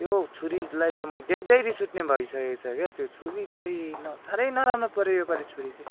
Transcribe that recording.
त्यो छुरीलाई त म देख्दै रिस उठ्ने भइसकेको छ क्या त्यो छुरी चाहिँ साह्रै नराम्रो पऱ्यो योपालि छुरी चाहिँ